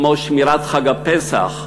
כמו שמירת חג הפסח,